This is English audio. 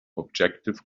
objective